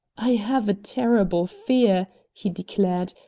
i have a terrible fear, he declared,